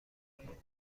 تخیلی